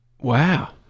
Wow